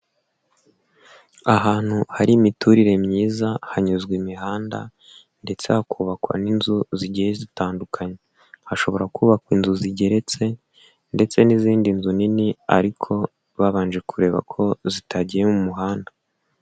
Ahantu hari imiturire myiza hanyuzwa imihanda ndetse hakubakwa n'inzu zigiye zitandukanye, hashobora kubakwa inzu zigeretse ndetse n'izindi nzu nini ariko babanje kureba ko zitagiye mu muhanda.